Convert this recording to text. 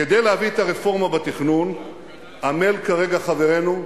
כדי להביא את הרפורמה בתכנון עמל כרגע חברנו,